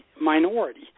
minority